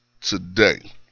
today